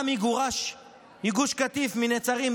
עמי גורש מגוש קטיף, מנצרים.